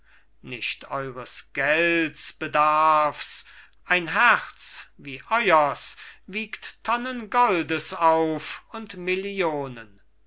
nicht eures gelds bedarfs ein herz wie euers wiegt tonnen goldes auf und millionen